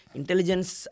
intelligence